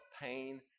pain